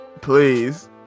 please